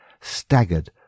staggered